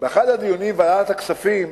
באחד הדיונים בוועדת הכספים,